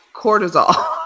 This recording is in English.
cortisol